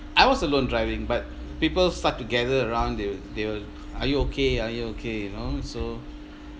I was alone driving but people start to gather around they were they were are you okay are you okay you know so